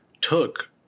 took